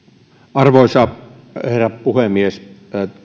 arvoisa herra puhemies